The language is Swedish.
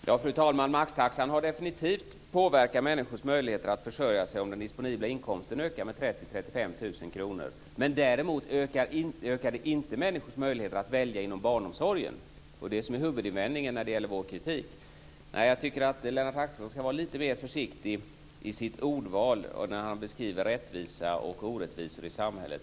Fru talman! Maxtaxan har definitivt en påverkan på människors möjligheter att försörja sig om den disponibla inkomsten ökar med 30 000 eller 35 000 kr. Däremot ökar den inte människors möjligheter att välja inom barnomsorgen. Det är det som huvudinvändningen i vår kritik. Jag tycker att Lennart Axelsson ska vara lite mer försiktig i sitt ordval när han beskriver rättvisa och orättvisa i samhälle.